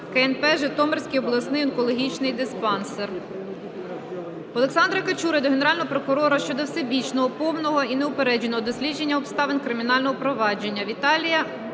КНП "Житомирський обласний онкологічний диспансер". Олександра Качури до Генерального прокурора щодо всебічного, повного і неупередженого дослідження обставин кримінального провадження. Віталія